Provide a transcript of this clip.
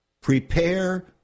prepare